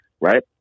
right